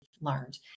learned